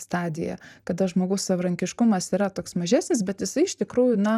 stadija kada žmogaus savarankiškumas yra toks mažesnis bet jisai iš tikrųjų na